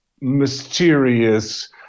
mysterious